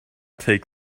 take